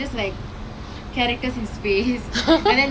oh oh my god okay we can play right now okay